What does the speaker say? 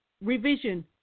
revision